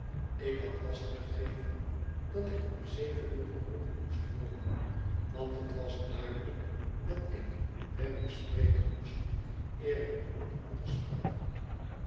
ik had last gegeven dat ik om zeven uur geroepen moest worden want het was duidelijk dat ik wemmick spreken moest eer ik iemand anders sprak